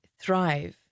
thrive